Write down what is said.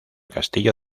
castillo